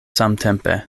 samtempe